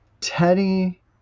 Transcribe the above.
Teddy